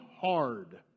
hard